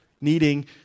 needing